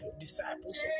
disciples